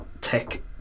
tech